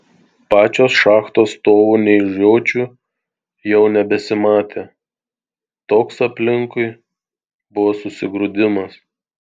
pačios šachtos stovų nei žiočių jau nebesimatė toks aplinkui buvo susigrūdimas